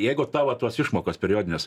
jeigu tavo tos išmokos periodinės